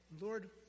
Lord